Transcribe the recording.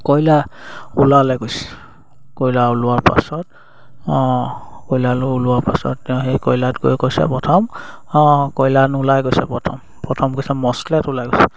কয়লা ওলালে গৈছে কয়লা ওলোৱাৰ পাছত অঁ কয়লা ওলোৱাৰ পাছত সেই কয়লাত গৈ কৈছে প্ৰথম অ কয়লা ওলাই গৈছে প্ৰথম প্ৰথম কৈছে ওলাই গৈছে